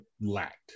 lacked